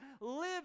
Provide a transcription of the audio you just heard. live